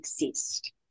exist